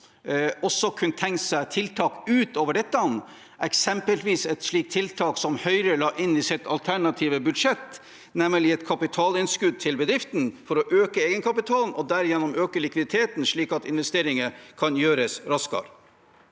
også kunne tenkt seg tiltak utover dette, eksempelvis et slikt tiltak som Høyre la inn i sitt alternative budsjett, nemlig et kapitalinnskudd til bedriften for å øke egenkapitalen og derigjennom øke likviditeten, slik at investeringer kan gjøres raskere.